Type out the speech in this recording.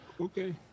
okay